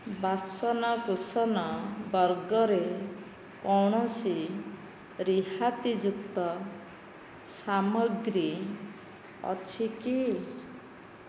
ବାସନକୁସନ ବର୍ଗରେ କୌଣସି ରିହାତିଯୁକ୍ତ ସାମଗ୍ରୀ ଅଛି କି